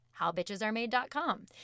HowBitchesAreMade.com